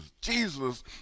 Jesus